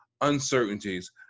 uncertainties